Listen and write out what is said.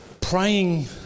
praying